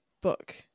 book